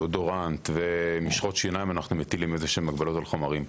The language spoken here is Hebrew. דיאודורנט ומשחות שיניים אנו מטילים מגבלות על חומרים.